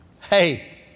hey